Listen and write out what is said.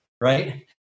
Right